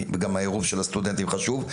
וגם העירוב של הסטודנטים חשוב.